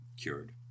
cured